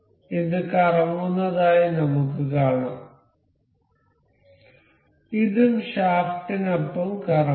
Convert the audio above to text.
ഇത് കറങ്ങുന്നതായി നമുക്ക് കാണാം ഇതും ഷാഫ്റ്റിനൊപ്പം കറങ്ങുന്നു